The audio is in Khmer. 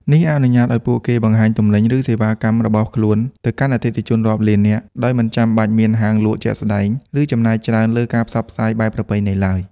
នេះអនុញ្ញាតឲ្យពួកគេបង្ហាញទំនិញ ឬសេវាកម្មរបស់ខ្លួនទៅកាន់អតិថិជនរាប់លាននាក់ ដោយមិនចាំបាច់មានហាងលក់ជាក់ស្តែង ឬចំណាយច្រើនលើការផ្សព្វផ្សាយបែបប្រពៃណីឡើយ។